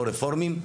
לא-רפורמים.